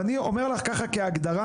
ואני אומר לך כהגדרה,